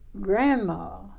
grandma